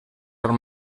are